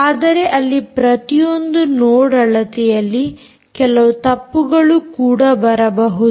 ಆದರೆ ಅಲ್ಲಿ ಪ್ರತಿಯೊಂದು ನೋಡ್ ಅಳತೆಯಲ್ಲಿ ಕೆಲವು ತಪ್ಪುಗಳು ಕೂಡ ಬರಬಹುದು